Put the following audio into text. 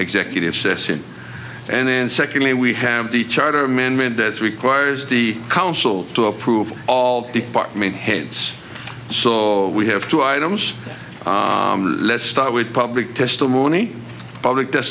executive session and then secondly we have the charter amendment that requires the council to approve all department heads so we have two items let's start with public testimony public